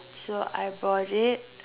so I bought it